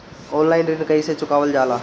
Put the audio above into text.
Online ऋण कईसे चुकावल जाला?